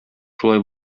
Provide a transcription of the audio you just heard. шулай